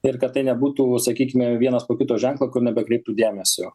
ir kad tai nebūtų sakykime vienas po kito ženklo nebekreiptų dėmesio